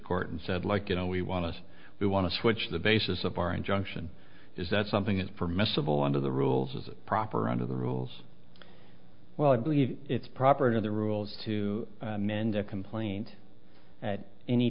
court and said like you know we want to we want to switch the basis of our injunction is that something is permissible under the rules is it proper under the rules well i believe it's proper to the rules to mend a complaint at any